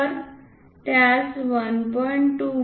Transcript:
तर त्यास 1